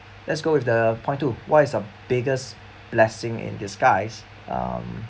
let's go with the point two what is the biggest blessing in disguise um